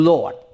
Lord